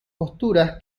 posturas